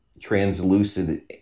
translucent